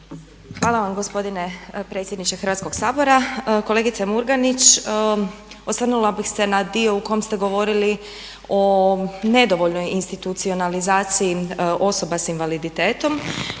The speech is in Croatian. Hvala vam gospodine predsjedniče Hrvatskoga sabora. Kolegice Murganić, osvrnula bi se na dio u kom ste govorili o nedovoljnoj institucionalizaciji osoba s invaliditetom.